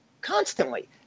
constantly